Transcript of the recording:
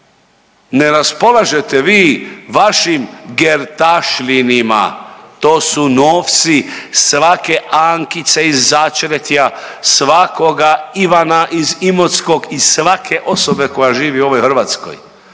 ne raspolažete vi vašim gertašlinima, to su novci svake Ankice iz Žačetrja, svakoga Ivana iz Imotskog i svake osobe koja živi u ovoj Hrvatskoj.